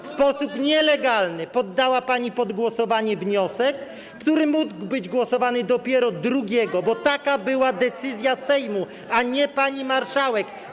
W sposób nielegalny poddała pani pod głosowanie wniosek, nad którym można by głosować dopiero drugiego, bo taka była decyzja Sejmu, a nie pani marszałek.